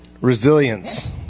Resilience